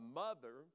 mother